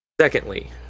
Secondly